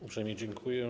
Uprzejmie dziękuję.